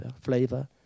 flavor